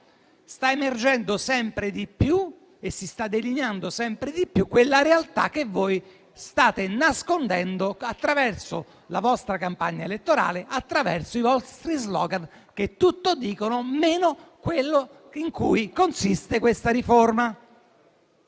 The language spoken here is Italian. Sta emergendo sempre di più e si sta delineando sempre di più quella realtà che voi state nascondendo attraverso la vostra campagna elettorale e i vostri slogan, che tutto dicono meno quello in cui consiste questa riforma.